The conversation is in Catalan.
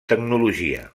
tecnologia